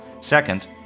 Second